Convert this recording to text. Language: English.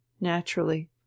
naturally